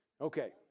Okay